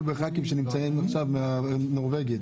בחברי כנסת שנמצאים עכשיו מהחוק הנורבגי.